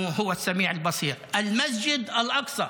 "אל-מסג'ד אל-אקצא",